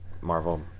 Marvel